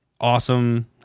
awesome